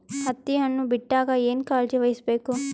ಹತ್ತಿ ಹಣ್ಣು ಬಿಟ್ಟಾಗ ಏನ ಕಾಳಜಿ ವಹಿಸ ಬೇಕು?